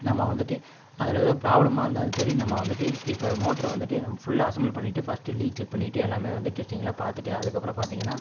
நம்ம வந்துட்டு அதில் எதோ ப்ராப்ளமா இருந்தாலும் சரி நம்ம வந்துட்டு இப்போ மோட்ரு வந்துட்டு நம்ம ஃபுல்லா அசெம்பிள் பண்ணிவிட்டு ஃபஸ்ட்டு லீக் செக் பண்ணிட்டு எல்லாமே வந்து டெஸ்டிங்லாம் பார்த்துட்டு அதுக்கப்பறம் பார்த்தீங்கன்னா